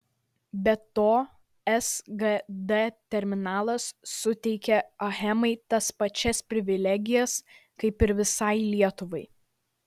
be to sgd terminalas suteikia achemai tas pačias privilegijas kaip ir visai lietuvai